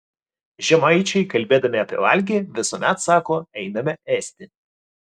žemaičiai kalbėdami apie valgį visuomet sako einame ėsti